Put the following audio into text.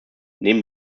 neben